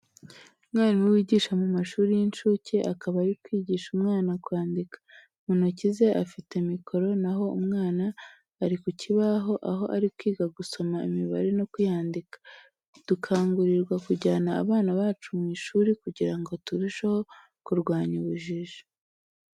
Umwarimu wigisha mu mashuri y'incuke, akaba ari kwigisha umwana kwandika. Mu ntoki ze afite mikoro na ho umwana ari ku kibaho aho ari kwiga gusoma imibare no kuyandika. Dukangurirwa kujyana abana bacu mu ishuri kugira ngo turusheho kurwanya ubujiji.